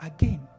again